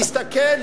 להסתכל?